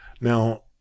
Now